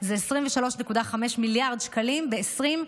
זה 23.5 מיליארד שקלים ב-2021,